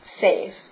safe